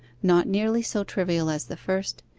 not nearly so trivial as the first,